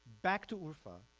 back to urfa